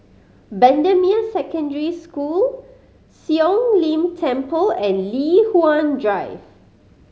Bendemeer Secondary School Siong Lim Temple and Li Hwan Drive